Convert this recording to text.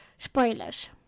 Spoilers